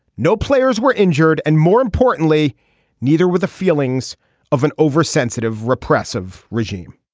no players were injured and more importantly neither were the feelings of an oversensitive repressive regime